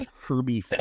Herbie